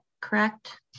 correct